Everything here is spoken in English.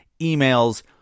emails